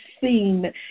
seen